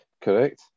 Correct